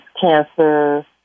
cancer